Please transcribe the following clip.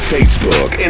Facebook